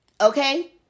Okay